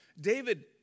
David